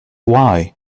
why